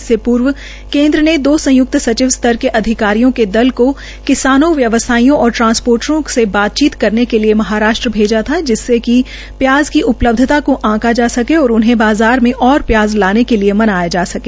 इससे पूर्व केन्द्र ने दो संयुक्त सचिव स्तर के अधिकारियों के दल को किसानों व्यवसायियों और ट्रांसपोटरों से बातचीत करने के लिए महाराष्ट्र भेजा था जिससे कि प्याज की उपलब्धता को आंका जा सके और उन्हें बाज़ार में और प्याज लाने के लिए मनाया जा सके